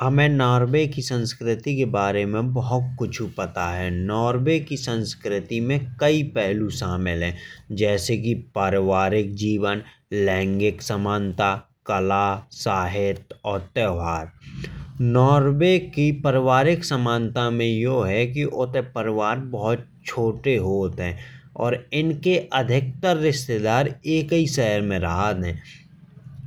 हमे नॉर्वे की संस्कृति के बारे में बहुत कुछ पता है। नॉर्वे की संस्कृति में कई पहलू शामिल हैं। जैसे की पारिवारिक जीवन लैंगिक समानता कला साहित्य और त्योहार। नॉर्वे की पारिवारिक समानता में यो है की उत्ते परिवार बहुत छोटे होते हैं। और इनके अधिकांश रिश्तेदार एक आई शहर में रहते हैं।